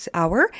hour